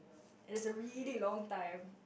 it's a really long time